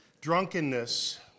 Drunkenness